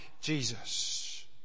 Jesus